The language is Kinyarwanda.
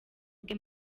bwe